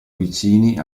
vicini